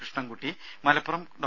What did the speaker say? Krishnankutty Malappuram Dr